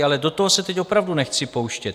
Ale do toho se teď opravdu nechci pouštět.